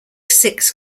six